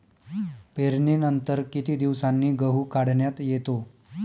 पेरणीनंतर किती दिवसांनी गहू काढण्यात येतो?